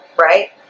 Right